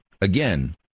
again